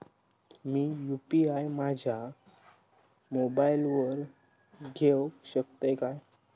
मी UPI माझ्या मोबाईलावर घेवक शकतय काय?